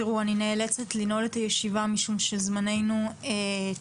תראו, אני נאלצת לנעול את הישיבה משום שזמנינו תם.